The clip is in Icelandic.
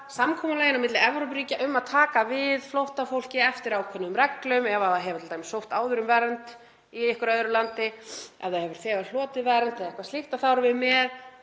samkomulaginu á milli Evrópuríkja um að taka við flóttafólki eftir ákveðnum reglum. Ef það hefur t.d. sótt áður um vernd í einhverju öðru landi, ef það hefur þegar hlotið vernd eða eitthvað slíkt þá erum við með